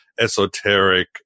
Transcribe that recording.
esoteric